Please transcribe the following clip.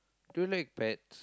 do you like pets